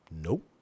Nope